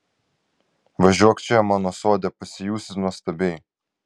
važiuok čia mano sode pasijusi nuostabiai